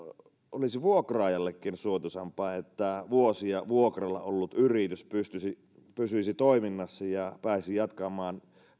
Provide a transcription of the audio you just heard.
olisi vuokraajallekin suotuisampaa että vuosia vuokralla ollut yritys pysyisi toiminnassa ja pääsisi jatkamaan